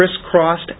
crisscrossed